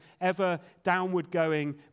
ever-downward-going